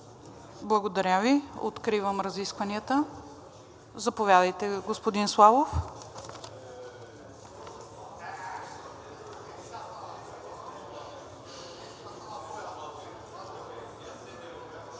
Благодаря Ви. Откривам разискванията. Заповядайте, господин Славов.